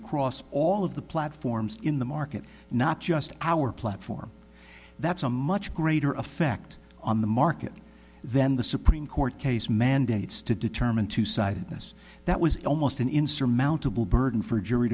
across all of the platforms in the market not just our platform that's a much greater effect on the market then the supreme court case mandates to determine to sidedness that was almost an insurmountable burden for a jury